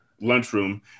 lunchroom